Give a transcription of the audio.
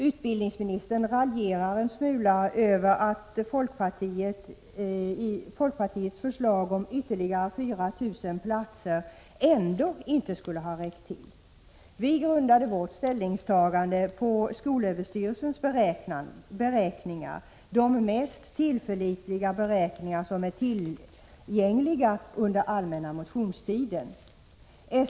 Utbildningsministern raljerar en smula över att folkpartiets förslag om ytterligare 4 000 platser ändock inte skulle ha räckt till. Vi grundade vårt ställningstagande på skolöverstyrelsens beräkningar, de mest tillförlitliga beräkningar som är tillgängliga under allmänna motionstiden.